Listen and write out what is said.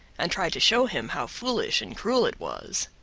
and try to show him how foolish and cruel it was.